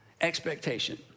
expectation